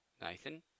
Nathan